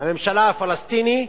הממשלה הפלסטיני,